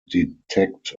detect